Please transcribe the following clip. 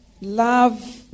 Love